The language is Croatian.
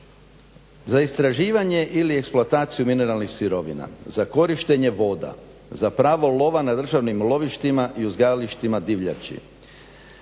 Za istraživanje, ili eksploataciju mineralnih sirovina, za korištenje voda, za pravo lova na državnim lovištima i uzgajalištima divljači,